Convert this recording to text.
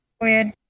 weird